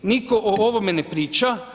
Nitko o ovome ne priča.